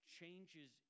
changes